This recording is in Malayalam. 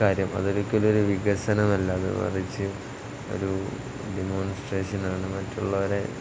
കാര്യം അതൊരിക്കലും ഒരു വികസനമല്ല അത് മറിച്ച് ഒരു ഡിമോൺസ്ട്രേഷനാണ് മറ്റുള്ളവരെ